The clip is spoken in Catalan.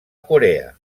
corea